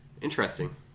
Interesting